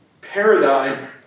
paradigm